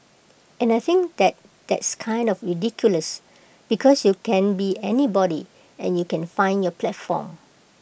and I think that that's kind of ridiculous because you can be anybody and you can find your platform